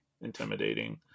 intimidating